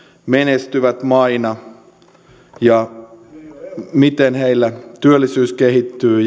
menestyvät maina miten heillä työllisyys kehittyy